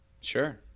Sure